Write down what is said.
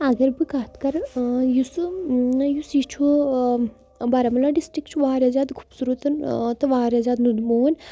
اگر بہٕ کَتھ کَرٕ یُس نہ یُس یہِ چھُ بارہمولہ ڈِسٹِرٛک چھُ واریاہ زیادٕ خوٗبصوٗرَت تہٕ واریاہ زیادٕ نُنٛدبون